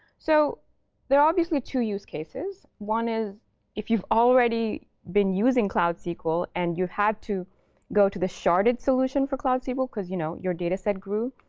so there are obviously two use cases. one is if you've already been using cloud sql, and you've had to go to the sharded solution for cloud sql because you know your dataset grew.